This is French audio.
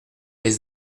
les